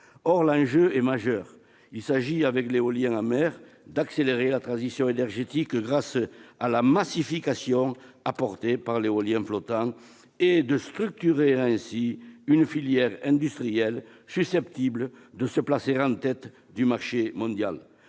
L'enjeu est majeur. Il s'agit, avec l'éolien en mer, d'accélérer la transition énergétique grâce à la massification apportée par l'éolien flottant et de structurer ainsi une filière industrielle susceptible de se placer en tête du marché mondial.